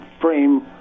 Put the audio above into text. frame